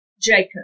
Jacob